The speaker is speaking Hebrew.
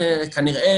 כנראה,